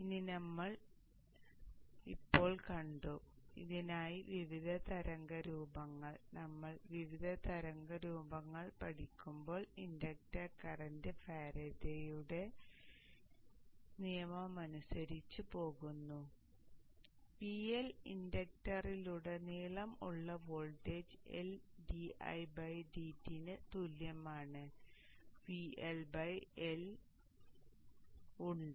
അതിനാൽ ഇത് നമ്മൾ ഇപ്പോൾ കണ്ടു ഇതിനായി വിവിധ തരംഗരൂപങ്ങൾ നമ്മൾ വിവിധ തരംഗരൂപങ്ങൾ പഠിക്കുമ്പോൾ ഇൻഡക്ടർ കറന്റ് ഫാരഡെയുടെ നിയമനുസരിച്ച് പോകുന്നു VL ഇൻഡക്ടറിലുടനീളം ഉള്ള വോൾട്ടേജ് ന് തുല്യമാണ് VL L ഉണ്ട്